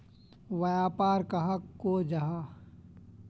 व्यापार कहाक को जाहा?